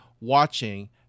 watching